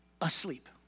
asleep